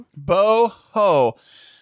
Boho